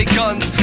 guns